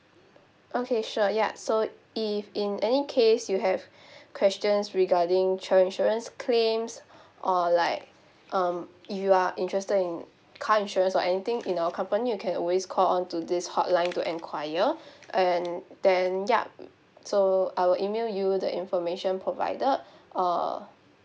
okay sure ya so if in any case you have questions regarding travel insurance claims or like um if you are interested in car insurance or anything in our company you can always call on to this hotline to enquire and then yup so I will email you the information provided uh